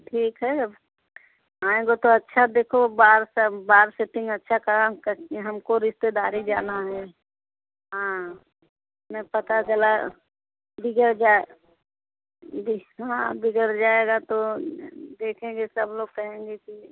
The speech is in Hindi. ठीक है अब आएँगे तो अच्छा देखो बाल सब बाल सेटिंग अच्छी कराम करके हमको रिश्तेदारी जाना है हाँ नहीं पता चला बिगड़ जाए भी हाँ बिगड़ जाएगा तो देखेंगे सब लोग कहेंगे कि